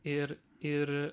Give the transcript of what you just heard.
ir ir